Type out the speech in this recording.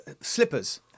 slippers